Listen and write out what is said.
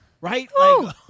right